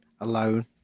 alone